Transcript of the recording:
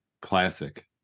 classic